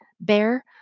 Bear